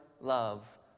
love